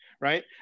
right